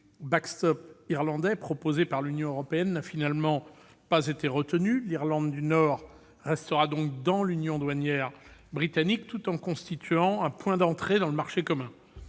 « backstop » irlandais proposée par l'Union européenne n'a finalement pas été retenue. L'Irlande du Nord restera donc dans l'union douanière britannique, tout en constituant un point d'entrée dans le marché commun.